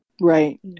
Right